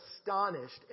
astonished